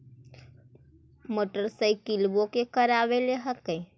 मोटरसाइकिलवो के करावे ल हेकै?